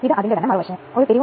അതിനാൽ 0